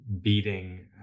beating